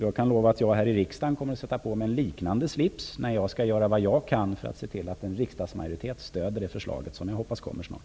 Jag kan lova att jag här i riksdagen kommer att sätta på mig en liknande slips när jag skall göra vad jag kan för att se till att en riksdagsmajoritet stöder det förslag som jag hoppas kommer snart.